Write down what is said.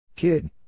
Kid